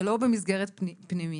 ולא במסגרת פנימייתית.